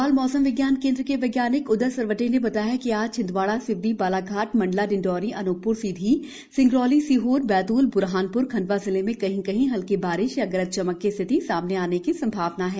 भोपाल मौसम विज्ञान केन्द्र के वैज्ञानिक उदय सरवटे ने बताया कि आज छिंदवाड़ा सिवनी बालाघाट मंडला डिंडौरी अनूपप्र सीधी सिंगरौली सीहोर बैतूल ब्रहानप्र एवं खंडवा जिले में कहीं कहीं हल्की बारिश या गरज चमक की स्थिति सामने आने की संभावना है